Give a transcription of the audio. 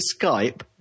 Skype